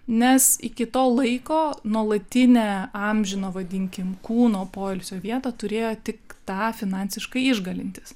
nes iki to laiko nuolatinę amžino vadinkim kūno poilsio vietą turėjo tik tą finansiškai išgalintis